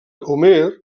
homer